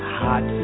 hot